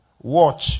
watch